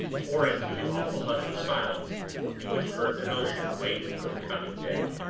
pouring through the awful hush of silence in which earth and ocean waited for the coming day.